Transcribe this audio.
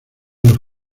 los